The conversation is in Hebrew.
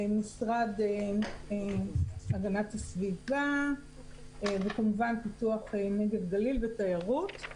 משרד הגנת הסביבה וכמובן פיתוח נגב גליל ותיירות.